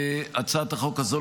הצעת החוק הזו,